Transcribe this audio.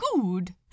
good